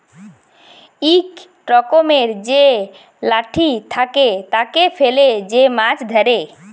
ইক রকমের যে লাঠি থাকে, তাকে ফেলে যে মাছ ধ্যরে